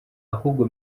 ahubwo